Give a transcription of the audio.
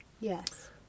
Yes